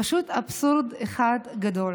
פשוט אבסורד אחד גדול.